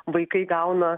vaikai gauna